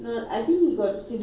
one younger sister